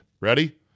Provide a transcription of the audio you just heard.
Ready